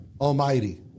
Almighty